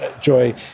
Joy